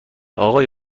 آقای